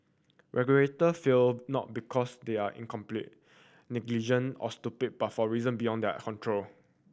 regulator fail not because they are incompetent negligent or stupid but for reason beyond their control